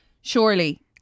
surely